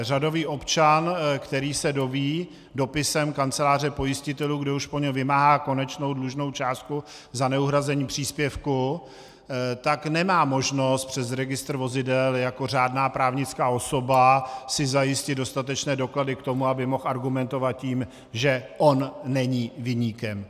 Řadový občan, který se dozví dopisem kanceláře pojistitelů, když už po něm vymáhá konečnou dlužnou částku za neuhrazení příspěvku, nemá možnost přes registr vozidel, tak jako řádná právnická osoba, si zajistit dostatečné doklady k tomu, aby mohl argumentovat tím, že on není viníkem.